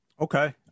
Okay